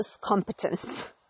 competence